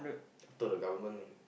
after the government